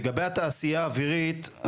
לגבי התעשייה האווירית,